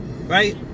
Right